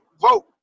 vote